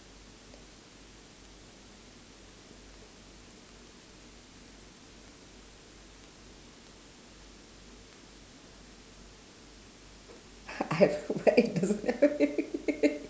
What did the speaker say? I have what I do